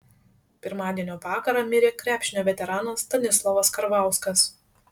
pirmadienio vakarą mirė krepšinio veteranas stanislovas karvauskas